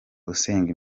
usenga